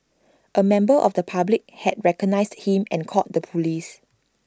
A member of the public had recognised him and called the Police